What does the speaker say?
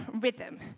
Rhythm